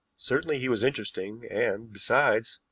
certainly he was interesting, and, besides,